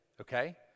okay